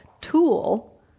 tool